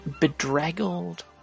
bedraggled